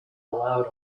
allowed